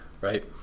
right